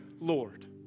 Lord